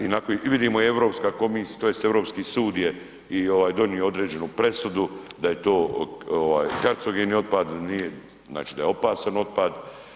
I vidimo i Europska komisija tj. Europski sud je donio određenu presudu da je to ovaj karcogeni otpad, nije, znači da je opasan otpad.